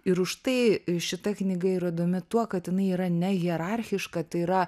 ir už tai šita knyga yra įdomi tuo kad jinai yra ne hierarchiška tai yra